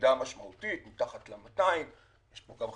ירידה משמעותית מתחת ל-200, יש כמובן גם